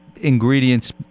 ingredients